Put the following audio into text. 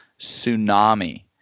tsunami